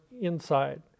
inside